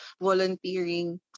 volunteering